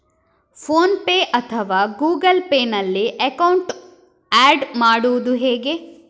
Phone pay ಅಥವಾ Google Pay ನಲ್ಲಿ account add ಮಾಡುವುದು ಹೇಗೆ?